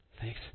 Thanks